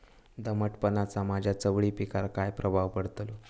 दमटपणाचा माझ्या चवळी पिकावर काय प्रभाव पडतलो?